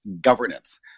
governance